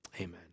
Amen